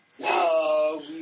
No